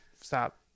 Stop